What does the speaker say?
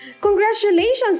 congratulations